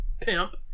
pimp